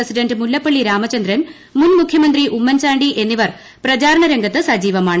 president Mullappally Ramachandran മുൻമുഖ്യമന്ത്രി ഉമ്മൻചാണ്ടി എന്നിവർ പ്രചാരണരംഗത്ത് സജീവമാണ്